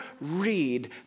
read